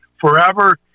forever